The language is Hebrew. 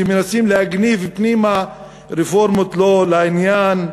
שמנסים להגניב פנימה רפורמות לא לעניין,